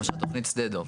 למשל, תוכנית שדה דב.